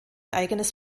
eigenes